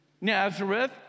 nazareth